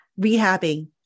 rehabbing